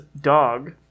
Dog